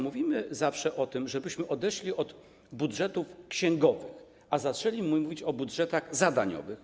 Mówimy zawsze o tym, żebyśmy odeszli od budżetów księgowych, a zaczęli mówić o budżetach zadaniowych.